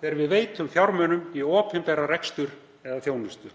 þegar við veitum fjármunum í opinberan rekstur eða þjónustu.